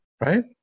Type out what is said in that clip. right